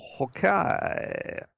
Okay